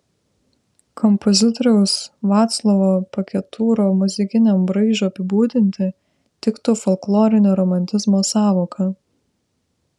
kompozitoriaus vaclovo paketūro muzikiniam braižui apibūdinti tiktų folklorinio romantizmo sąvoka